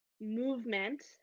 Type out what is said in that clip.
movement